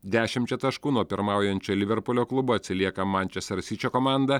dešimčia taškų nuo pirmaujančio liverpulio klubo atsilieka manchester sičio komanda